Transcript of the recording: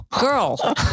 girl